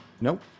nope